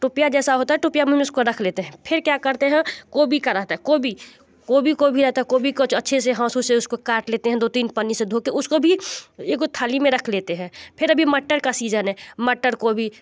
टोपिया जैसा होता है टोपिया में हम उसको रख लेते हैं फिर क्या करते हैं कोबी का रहता है कोबी कोबी कोबी आता है कोबी को अच्छे से हसू से उसको काट लेते हैं दो तीन पानी से धो के उसको भी एक थाली में रख लेते हैं फिर अभी मटर का सीज़न है मटर को भी